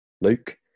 Luke